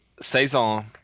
saison